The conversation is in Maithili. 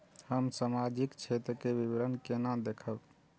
हम सामाजिक क्षेत्र के विवरण केना देखब?